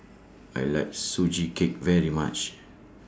I like Sugee Cake very much